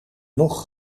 nog